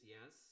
Yes